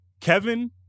Kevin